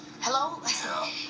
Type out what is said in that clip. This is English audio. hello